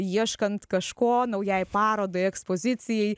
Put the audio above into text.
ieškant kažko naujai parodai ekspozicijai